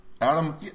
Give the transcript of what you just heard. Adam